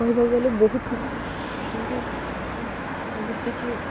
କହିବାକୁ ଗଲେ ବହୁତ କିଛି ଭାବନ୍ତି ବହୁତ କିଛି